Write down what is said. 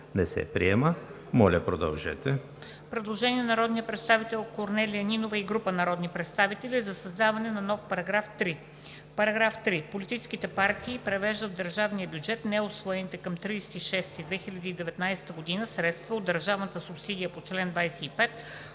не се приема. Моля, продължете